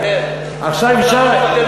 מרוקאית.